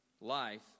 life